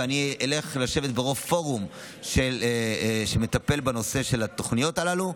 ואני אלך לשבת בראש פורום שמטפל בנושא של התוכניות הללו.